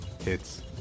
Hits